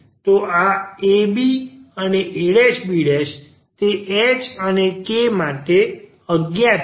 તો આ a b અને a b તે h અને k માટે અજ્ઞાત છે